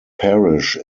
parish